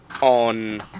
on